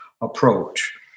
approach